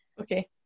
Okay